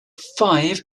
five